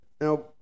Now